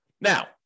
Now